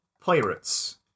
pirates